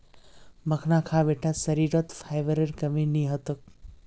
मखाना खा बेटा शरीरत फाइबरेर कमी नी ह तोक